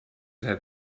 had